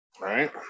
right